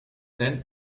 then